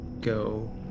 go